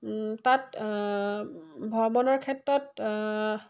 তাত ভ্ৰমণৰ ক্ষেত্ৰত